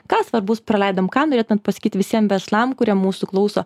ką svarbaus praleidom ką norėtumėt pasakyti visiem verslam kurie mūsų klauso